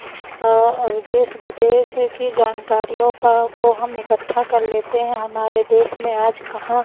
अब देश विदेश की जानकारियाें को हम इकट्ठा कर लेते हैं हमारे देस में आज कहाँ